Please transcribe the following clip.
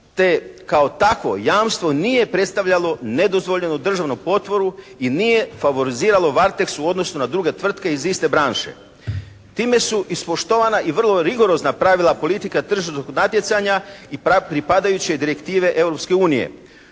te kao takvo jamstvo nije predstavljalo nedozvoljenu državnu potporu i nije favoriziralo "Varteks" u odnosu na druge tvrtke iz iste branše. Time su ispoštovana i vrlo rigorozna pravila politike tržišnog natjecanja i pripadajuće direktive